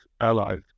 allies